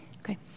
Okay